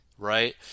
Right